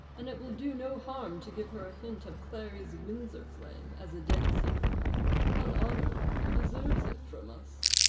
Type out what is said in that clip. and it will do no harm to give her a hint of clary's windsor flame, as a dead secret pon honour, he deserves it from us.